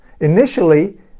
initially